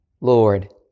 Lord